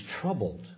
troubled